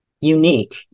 Unique